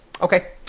Okay